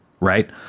Right